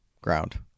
ground